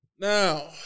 Now